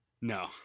no